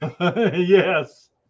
Yes